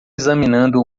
examinando